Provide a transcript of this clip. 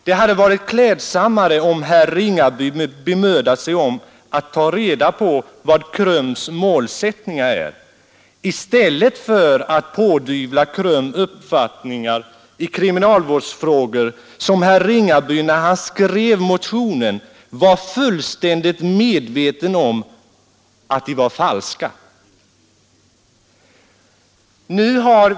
Det hade varit klädsammare om herr Ringaby bemödat sig om att ta reda på vilken KRUM :s målsättning är i stället för att pådyvla KRUM uppfattningar i kriminalvårdsfrågor som herr Ringaby när han skrev motionen var fullständigt medveten om var falska.